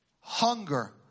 Hunger